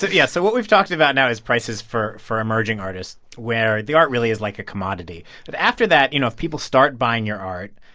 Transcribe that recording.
ah yeah so what we've talked about now is prices for for emerging artists, where the art really is like a commodity. but after that, you know, if people start buying your art,